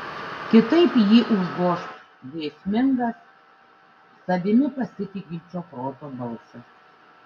kitaip jį užgoš grėsmingas savimi pasitikinčio proto balsas